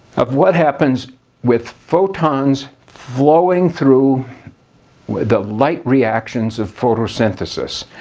of what happens with photons flowing through the light reactions of photosynthesis.